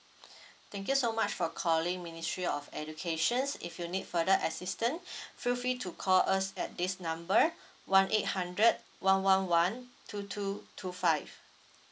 thank you so much for calling ministry of education is if you need further assistance feel free to call us at this number one eight hundred one one one two two two five